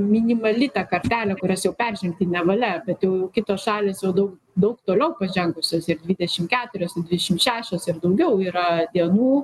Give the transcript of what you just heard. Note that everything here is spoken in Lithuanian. minimali kartelė kurios jau peržengti nevalia bet jau kitos šalys jau daug daug toliau pažengusios ir dvidešim keturios ir dvidešim šešios ir daugiau yra dienų